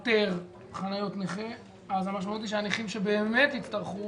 יותר חניות נכה - אז המשמעות היא שהנכים שבאמת הצטרכו,